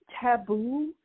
taboo